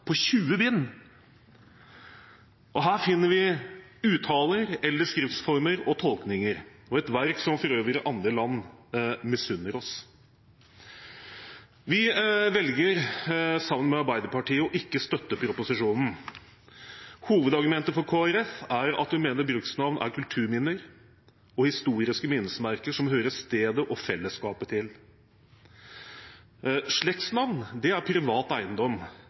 ca. 20 bind. Her finner vi uttaler, skriftformer og tolkninger. Det er et verk som for øvrig andre land misunner oss. Vi velger, sammen med Arbeiderpartiet, ikke å støtte proposisjonen. Hovedargumentet for Kristelig Folkeparti er at vi mener bruksnavn er kulturminner og historiske minnesmerker, som hører stedet og fellesskapet til. Slektsnavn er privat eiendom